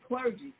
clergy